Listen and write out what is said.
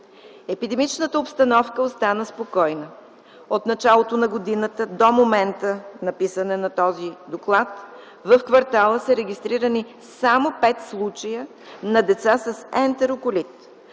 епидемичната обстановка остана спокойна. От началото на годината до момента на написването на този доклад в квартала са регистрирани само пет случая на деца с ентероколит,